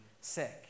sick